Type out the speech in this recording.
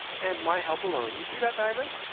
and my help alone. you see that, diamond?